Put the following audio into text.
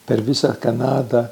per visą kanadą